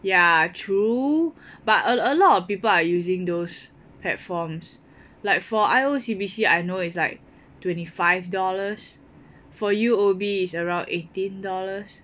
ya true but a lot of people are using those platforms like for I_O_C_B_C I know is like twenty five dollars for U_O_B is around eighteen dollars